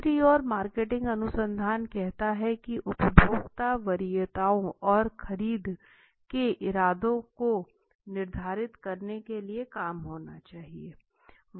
दूसरी ओरमार्केटिंग अनुसंधान कहता है की उपभोक्ता वरीयताओं और खरीद के इरादों को निर्धारित करने के लिए काम होना चाहिए